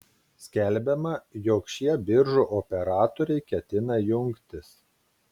skelbiama jog šie biržų operatoriai ketina jungtis